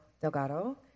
Delgado